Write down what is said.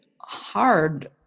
hard